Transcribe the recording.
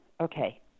Okay